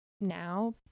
now